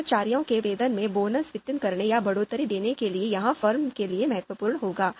कर्मचारियों के वेतन में बोनस वितरित करने या बढ़ोतरी देने के लिए यह फर्म के लिए महत्वपूर्ण होगा